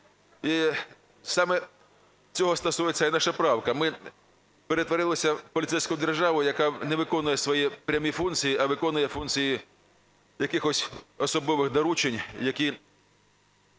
І саме цього стосується і наша правка. Ми перетворилися в поліцейську державу, яка не виконує свої прямі функції, а виконує функції якихось особливих доручень, які